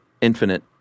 infinite